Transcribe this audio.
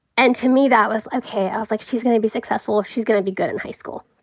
and to me that was okay. i was like, she's gonna be successful. she's gonna be good in high school.